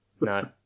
No